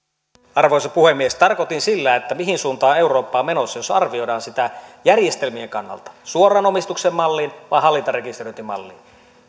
arvoisa puhemies tarkoitin sillä että mihin suuntaan eurooppa on menossa jos arvioidaan sitä järjestelmien kannalta suoran omistuksen malliin vai hallintarekisteröintimalliin